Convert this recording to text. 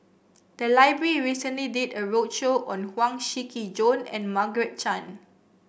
the library recently did a roadshow on Huang Shiqi Joan and Margaret Chan